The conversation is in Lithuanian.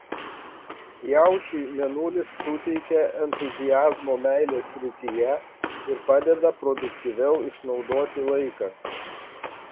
jaučiui mėnulis suteikia entuziazmo meilės srityje ir padeda produktyviau išnaudoti laiką